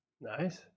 Nice